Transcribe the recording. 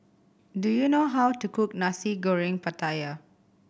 do you know how to cook Nasi Goreng Pattaya